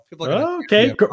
Okay